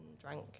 drank